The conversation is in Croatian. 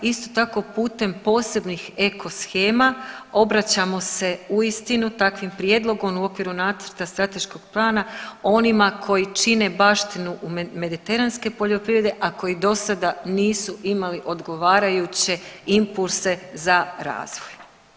Isto tako putem posebnih ekoshema obraćamo se uistinu takvim prijedlogom u okviru nacrta strateškog plana onima koji čine baštinu mediteranske poljoprivrede, a koji dosada nisu imali odgovarajuće impulse za razvoj.